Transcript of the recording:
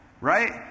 Right